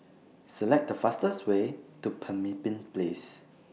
Select The fastest Way to Pemimpin Place